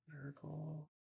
miracle